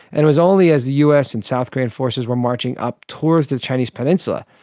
and it was only as the us and south korean forces were marching up towards the the chinese peninsula,